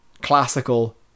classical